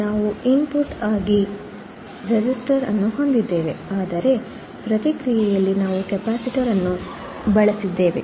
ನಾವು ಇನ್ಪುಟ್ ಆಗಿ ರೆಸಿಸ್ಟರ್ ಅನ್ನು ಹೊಂದಿದ್ದೇವೆ ಆದರೆ ಪ್ರತಿಕ್ರಿಯೆಯಲ್ಲಿ ನಾವು ಕೆಪಾಸಿಟರ್ ಅನ್ನು ಬಳಸಿದ್ದೇವೆ